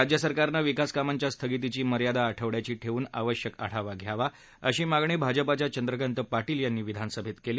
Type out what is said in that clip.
राज्य सरकारनं विकास कामांच्या स्थगितीची मर्यादा आठवडयाची ठेवून आवश्यक आढावा घ्यावा अशी मागणी भाजपाच्या चंद्रकांत पाटील यांनी विधानसभेत केली